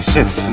Sith